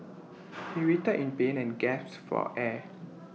he writhed in pain and gasped for air